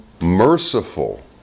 merciful